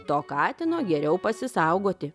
to katino geriau pasisaugoti